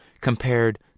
compared